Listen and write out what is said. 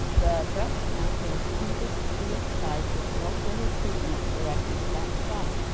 the breast cancer was previously excised with no further treatment directed at that site.